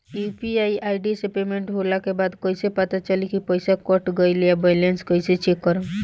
UPI ID से payment होला के बाद कइसे पता चली की पईसा कट गएल आ बैलेंस कइसे चेक करम?